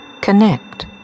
Connect